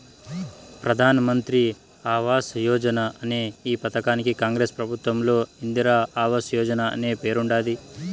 ప్రధాన్ మంత్రి ఆవాస్ యోజన అనే ఈ పథకానికి కాంగ్రెస్ ప్రభుత్వంలో ఇందిరా ఆవాస్ యోజన అనే పేరుండేది